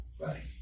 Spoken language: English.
right